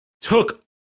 took